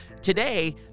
Today